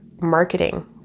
marketing